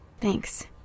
Thanks